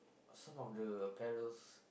some of the apparels